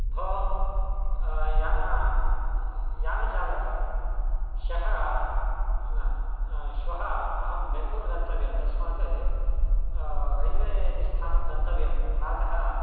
भोः यान यानचालक ह्यः न न श्वः अहं बेङ्गलोर् गन्तव्यं तस्मात् रेल्वे निस्थानं गन्तव्यं प्रातः